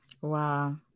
Wow